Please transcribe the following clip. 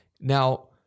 Now